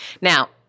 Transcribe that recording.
Now